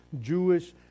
Jewish